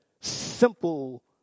simple